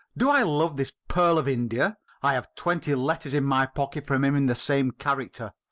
do i love this pearl of india? i have twenty letters in my pocket from him in the same character.